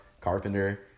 Carpenter